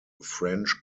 french